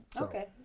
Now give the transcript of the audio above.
Okay